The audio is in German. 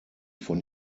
von